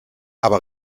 aber